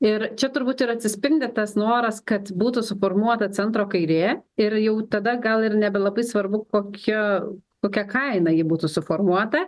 ir čia turbūt ir atsispindi tas noras kad būtų suformuota centro kairė ir jau tada gal ir nebelabai svarbu kokia kokia kaina ji būtų suformuota